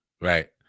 Right